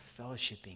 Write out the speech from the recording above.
fellowshipping